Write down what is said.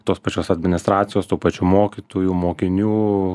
tos pačios administracijos tų pačių mokytojų mokinių